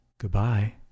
goodbye